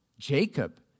Jacob